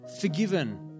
forgiven